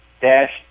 dash